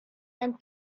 and